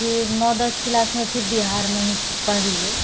फिर नओ दस क्लासमे फिर बिहारमे ही पढ़लियै